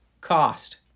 cost